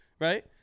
right